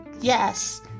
yes